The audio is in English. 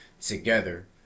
together